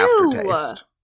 aftertaste